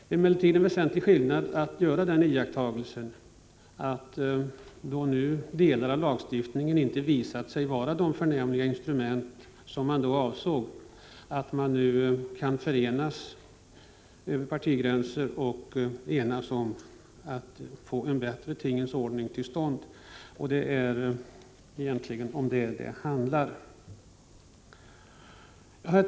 Då nu delar av lagstiftningen inte visat sig vara det förnämliga instrument som man avsåg, är det väsentligt att man nu kan förenas över partigränserna och enas om att få en bättre tingens ordning till stånd. Det är egentligen om detta det handlar.